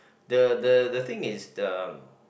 the the the thing is the